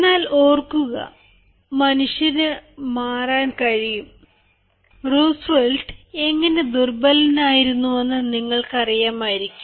എന്നാൽ ഓർക്കുക മനുഷ്യന് മാറാൻ കഴിയും റൂസ്വെൽറ്റ് എങ്ങനെ ദുർബലനായിരുന്നുവെന്ന് നിങ്ങൾക്ക് അറിയാമായിരിക്കും